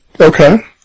Okay